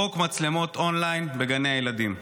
חוק מצלמות אונליין בגני הילדים.